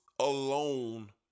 Alone